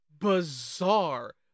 bizarre